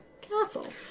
castle